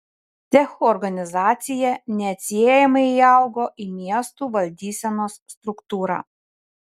cechų organizacija neatsiejamai įaugo į miestų valdysenos struktūrą